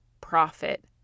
profit